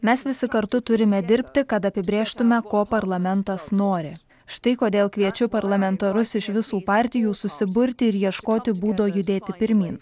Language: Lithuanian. mes visi kartu turime dirbti kad apibrėžtume ko parlamentas nori štai kodėl kviečiu parlamentarus iš visų partijų susiburti ir ieškoti būdo judėti pirmyn